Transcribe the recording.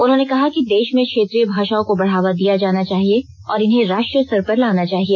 उन्होंने कहा है कि देश में क्षेत्रीय भाषाओं को बढ़ावा दिया जाना चाहिए और इन्हें राष्ट्रीय स्तर पर लाना चाहिए